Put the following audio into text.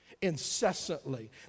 incessantly